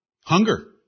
Hunger